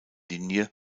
linie